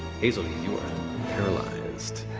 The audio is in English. hazel, you are paralyzed.